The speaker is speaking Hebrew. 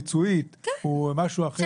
ארגון נכי צה"ל הוא זרוע ביצועית, הוא משהו אחר.